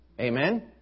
Amen